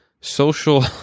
social